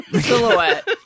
Silhouette